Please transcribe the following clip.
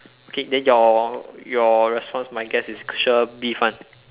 okay then your your response to my guess is sure beef [one]